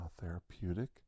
therapeutic